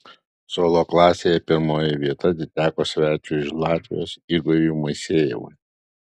solo klasėje pirmoji vieta atiteko svečiui iš latvijos igoriui moisejevui